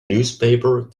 newspaper